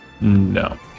No